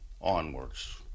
onwards